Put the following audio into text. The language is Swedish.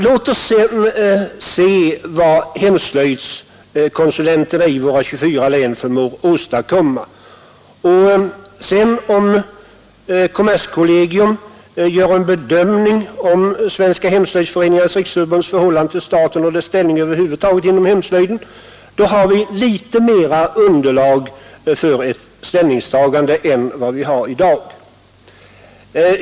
Låt oss sedan se vad hemslöjdskonsulenterna i våra 24 län förmår åstadkomma. Om kommerskollegium dessutom gör en bedömning av Svenska hemslöjdsföreningarnas riksförbunds förhållande till staten och dess ställning över huvud taget inom hemslöjden, då har vi litet mera underlag för ett ställningstagande än vad vi har i dag.